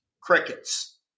Crickets